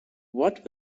what